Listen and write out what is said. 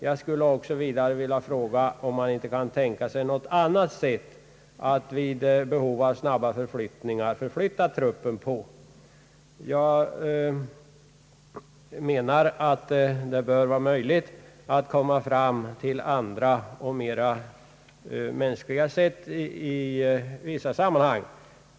Jag skulle också vilja fråga om man inte kan tänka sig något annat sätt att förflytta truppen vid behov av snabba transporter. Jag menar att det bör vara möjligt att komma fram till andra och mera mänskliga transportsätt.